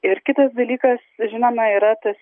ir kitas dalykas žinoma yra tas